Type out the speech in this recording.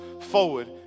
forward